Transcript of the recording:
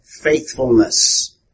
faithfulness